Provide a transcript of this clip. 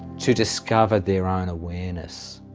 to discovery their own awareness,